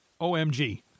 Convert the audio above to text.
OMG